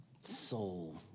soul